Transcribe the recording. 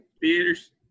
theaters